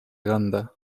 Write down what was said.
kanda